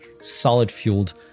solid-fueled